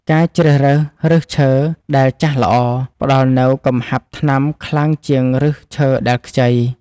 ការជ្រើសរើសឫសឈើដែលចាស់ល្អ ផ្តល់នូវកំហាប់ថ្នាំខ្លាំងជាងឫសឈើដែលខ្ចី។